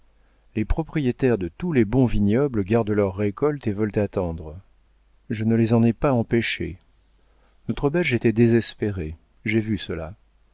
les propriétaires de tous les bons vignobles gardent leur récolte et veulent attendre je ne les en ai pas empêchés notre belge était désespéré j'ai vu cela